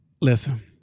listen